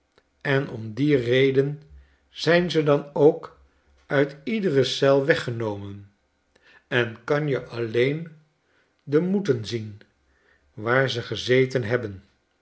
en om die reden zijn ze dan ook uit iedere eel weggenomen en kan je alleen de moeten zien waar ze gezeten hebben